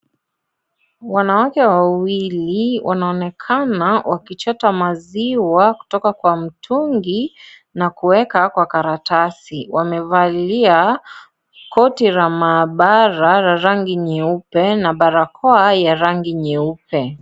Wanawake wawili, wanaonekana wakichota maziwa, kutoka kwa mtungi na kuweka kwa karatasi. Wamevalia koti la mahabara la rangi nyeupe na barakoa ya rangi nyeupe.